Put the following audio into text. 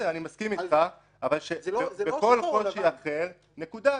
אני מסכים איתך, אבל בכל קושי אחר, נקודה.